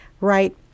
right